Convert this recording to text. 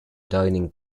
dining